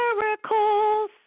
miracles